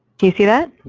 do you see that?